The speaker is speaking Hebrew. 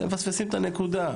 אתם מפספסים את הנקודה.